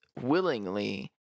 willingly